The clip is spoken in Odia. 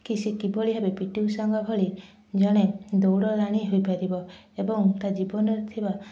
କି ସେ କିଭଳି ଭାବେ ପି ଟି ଉଷାଙ୍କ ଭଳି ଜଣେ ଦୌଡ଼ରାଣୀ ହୋଇପାରିବ ଏବଂ ତା ଜୀବନରେ ଥିବା